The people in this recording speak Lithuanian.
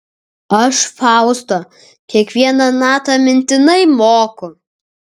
aš fausto kiekvieną natą mintinai moku